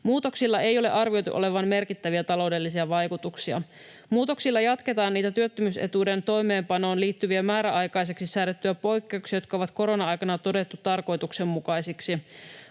Muutoksilla ei ole arvioitu olevan merkittäviä taloudellisia vaikutuksia. Muutoksilla jatketaan niitä työttömyysetuuden toimeenpanoon liittyviä, määräaikaiseksi säädettyjä poikkeuksia, jotka on koronan aikana todettu tarkoituksenmukaisiksi.